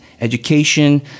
education